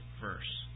verse